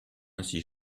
ainsi